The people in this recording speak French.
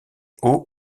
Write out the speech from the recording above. haut